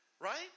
right